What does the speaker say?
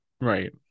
Right